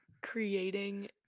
creating